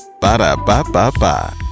Ba-da-ba-ba-ba